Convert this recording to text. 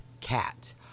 cat